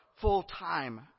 full-time